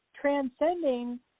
transcending